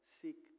seek